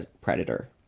predator